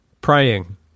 Praying